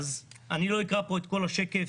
לא אקרא פה את כל השקף,